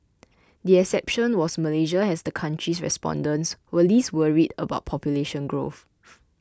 the exception was Malaysia as the country's respondents were least worried about population growth